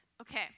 Okay